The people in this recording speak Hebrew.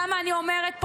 למה אני אומרת "פוליטי"?